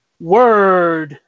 Word